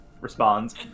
responds